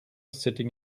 sitting